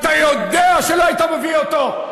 אתה יודע שלא היית מביא אותו.